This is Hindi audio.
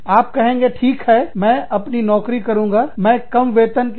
आप कहेंगे ठीक है मैं अपनी नौकरी करुँगा मैं कम वेतन के साथ काम करूँगा